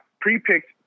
pre-picked